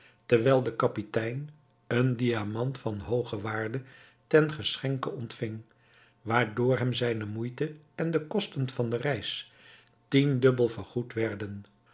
terwijl de kapitein een diamant van hooge waarde ten geschenke ontving waardoor hem zijne moeite en de kosten van de reis tiendubbel vergoed werden